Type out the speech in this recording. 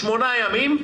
שמונה ימים,